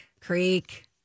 Creek